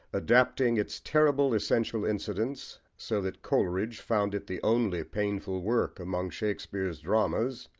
adapting its terrible essential incidents, so that coleridge found it the only painful work among shakespeare's dramas,